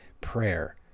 Prayer